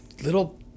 little